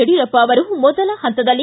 ಯಡಿಯೂರಪ್ಪ ಅವರು ಮೊದಲ ಹಂತದಲ್ಲಿ